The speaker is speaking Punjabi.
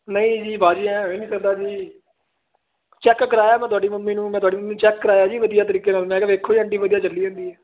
ਨਹੀਂ ਜੀ ਭਾਜੀ ਐ ਨਹੀਂ ਕਹਿੰਦਾ ਜੀ ਚੈੱਕ ਕਰਾਇਆ ਮੈਂ ਤੁਹਾਡੀ ਮਮੀ ਨੂੰ ਮੈਂ ਤੁਹਾਡੀ ਮਮੀ ਚੈੱਕ ਕਰਾਇਆ ਜੀ ਵਧੀਆ ਤਰੀਕੇ ਨਾਲ ਮੈਂ ਵੇਖੋ ਐਟੀ ਵਧੀਆ ਚੱਲੀ ਜਾਂਦੀ